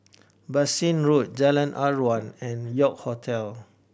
Bassein Road Jalan Aruan and York Hotel